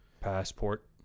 Passport